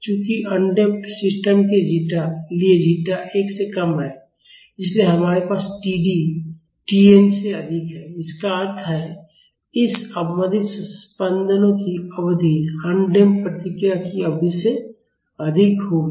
चूँकि undamped system के लिए जीटा 1 से कम है इसलिए हमारे पास TD Tn से अधिक है इसका अर्थ है इस अवमंदित स्पंदनों की अवधि अनडम्प्ड प्रतिक्रिया की अवधि से अधिक होगी